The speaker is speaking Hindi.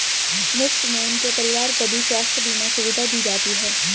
मुफ्त में उनके परिवार को भी स्वास्थ्य बीमा सुविधा दी जाती है